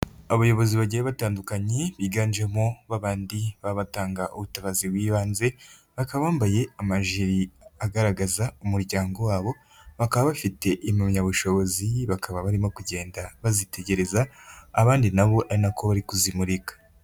Abayobozi bagiye batandukanye, biganjemo babandi baba batanga ubutabazi bw'ibanze, bakaba bambaye amajiri agaragaza umuryango wabo, bakaba bafite impamyabushobozi, bakaba barimo kugenda bazitegereza, abandi na bo ari na ko bari kuzimurika.